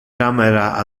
camera